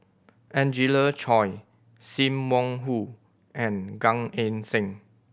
Angelina Choy Sim Wong Hoo and Gan Eng Seng